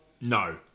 no